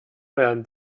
werden